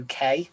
UK